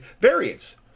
variants